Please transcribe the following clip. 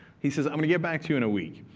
he says, i'm going to get back to you in a week.